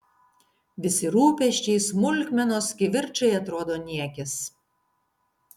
visi rūpesčiai smulkmenos kivirčai atrodo niekis